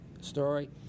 story